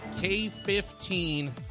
K-15